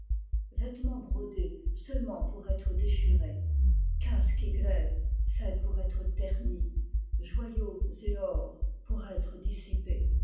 vêtements brodés seulement pour être déchirés casque et glaive faits pour être ternis joyaux et or pour être dissipés